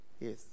yes